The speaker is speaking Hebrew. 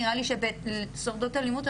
נראה לי שבסופגות אלימות,